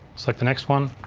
select the next one.